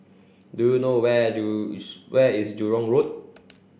do you know where do is Jurong Road